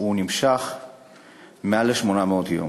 הוא נמשך מעל 800 יום,